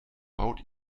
baut